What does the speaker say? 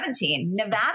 Nevada